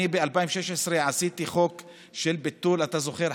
אתם זוכרים,